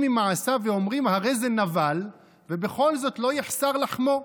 ממעשיו" ואומרים: הרי זה נבל ובכל זאת לא יחסר לחמו,